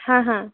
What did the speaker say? হা হা